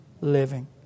living